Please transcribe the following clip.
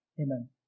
Amen